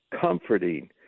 comforting